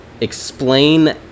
explain